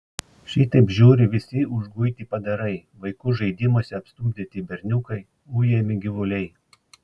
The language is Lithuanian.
šitaip žiūri visi užguiti padarai vaikų žaidimuose apstumdyti berniukai ujami gyvuliai